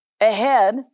ahead